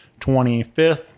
25th